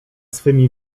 swymi